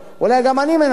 אולי גם אני מנסה,